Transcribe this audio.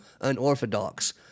unorthodox